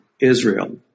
Israel